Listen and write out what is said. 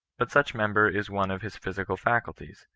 but such member is one of his physical faculties,